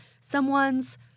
someone's